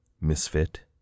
Misfit